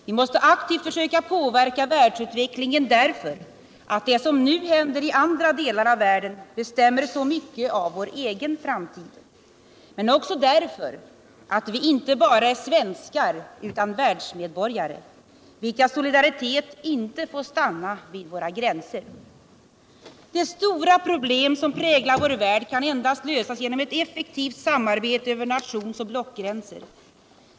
Vi måste aktivt försöka påverka världsutvecklingen, därför att det som nu händer i andra delar av världen bestämmer så mycket av vår egen framtid, men också därför att vi inte bara är svenskar utan världsmedborgare, vilkas solidaritet inte får stanna vid våra gränser. Desstora problem som präglar vår värld kan endast lösas genom ett effektivt samarbete över nationsoch blockgränser.